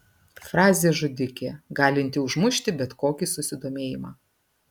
frazė žudikė galinti užmušti bet kokį susidomėjimą